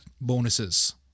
bonuses